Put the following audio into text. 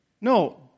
No